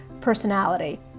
personality